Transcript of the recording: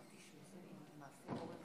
כבוד היושב-ראש,